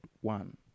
one